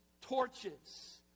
torches